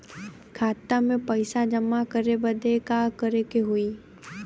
खाता मे पैसा जमा करे बदे का करे के होई?